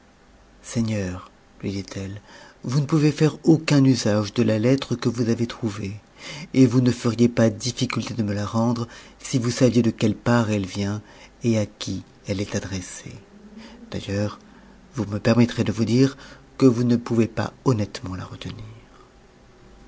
seigneur lui dit-elle vous ne pouvez faire aucun usage de la lettre que vous avez trouvée et vous ne feriez pas difficulté de me la rendre si vous saviez de quelle part eue vient et à qui elle est adressée d'ailleurs vous me permettrez de vous dire que vous ne pouvez pas honnêtement la retenir